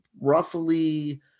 roughly